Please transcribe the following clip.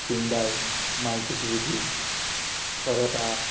Hyundai Maruti Suzuki Toyota